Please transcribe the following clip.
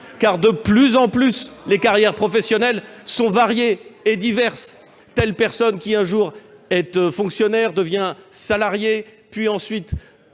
car, de plus en plus, les carrières professionnelles sont variées et diverses. Tel individu, qui, un jour, est fonctionnaire, devient salarié, puis